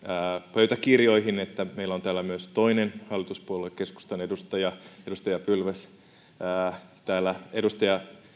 pöytäkirjoihin että meillä on täällä myös toinen hallituspuolue keskustan edustaja edustaja pylväs edustaja